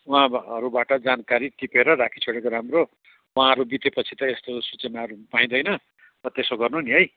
उहाँहरूबाट जानकारी टिपेर राखिछोडेको राम्रो उहाँहरू बितेपछि त यस्तो सूचनाहरू पाइँदैन अनि त्यसो गर्नु नि है